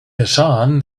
hassan